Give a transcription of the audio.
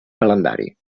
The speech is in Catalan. calendari